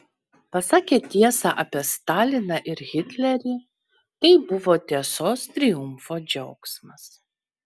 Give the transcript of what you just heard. pasakė tiesą apie staliną ir hitlerį tai buvo tiesos triumfo džiaugsmas